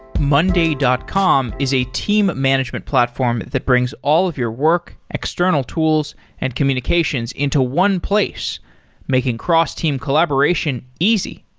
monday dot com is a team management platform that brings all of your work, external tools and communications into one place making cross-team collaboration easy.